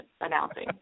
announcing